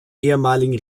ehemaligen